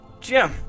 Jim